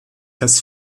das